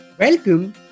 Welcome